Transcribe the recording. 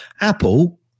Apple